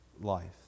life